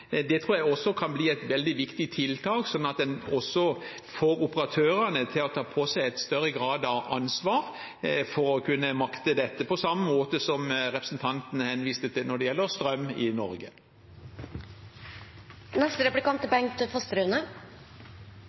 Det tror jeg kan bli et veldig viktig tiltak, slik at en også får operatørene til å ta på seg en større grad av ansvar for å kunne makte dette, på samme måte som representanten henviste til når det gjelder strøm i